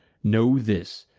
know this,